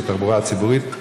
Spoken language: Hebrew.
בתחבורה הציבורית.